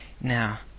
Now